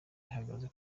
ihagaze